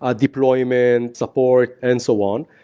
ah deployment, support and so on.